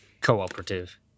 Cooperative